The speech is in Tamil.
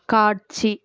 காட்சி